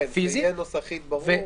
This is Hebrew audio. כן, שיהיה נוסחית ברור.